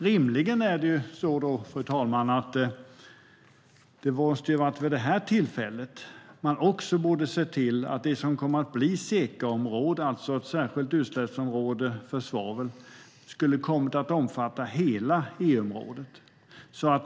Rimligen skulle man vid detta tillfälle ha sett till att det som kom att bli SECA-område, alltså ett särskilt utsläppsområde för svavel, borde omfatta hela EU-området.